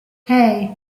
hey